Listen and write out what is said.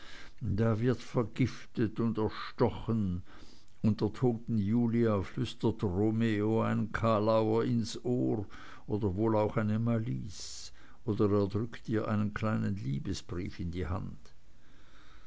da wird vergiftet und erstochen und der toten julia flüstert romeo einen kalauer ins ohr oder wohl auch eine malice oder er drückt ihr einen kleinen liebesbrief in die hand